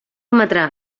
emetrà